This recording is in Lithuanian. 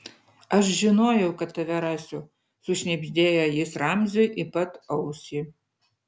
aš žinojau kad tave rasiu sušnibždėjo jis ramziui į pat ausį